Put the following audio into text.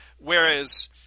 whereas